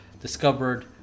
discovered